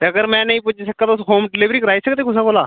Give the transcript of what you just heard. ते अगर में नेईं पुज्जी सका तुस होम डिलीवरी कराई सकदे कुसै कोला